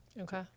okay